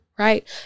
Right